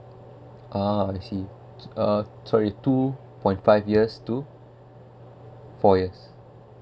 uh I see uh sorry two point five years to four years